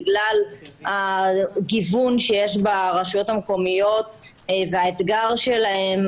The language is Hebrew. בגלל גיוון שיש ברשויות המקומיות והאתגר שלהן,